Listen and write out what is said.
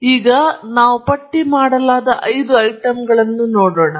ಉದಾಹರಣೆಗೆ ಇಲ್ಲಿ ನಾವು ಪಟ್ಟಿ ಮಾಡಲಾದ ಐದು ಐಟಂಗಳನ್ನು ಹೊಂದಿವೆ